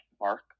mark